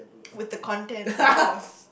with the contents of course